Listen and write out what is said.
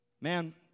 Man